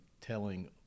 telling